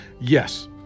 Yes